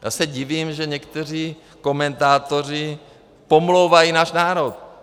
Já se divím, že někteří komentátoři pomlouvají náš národ.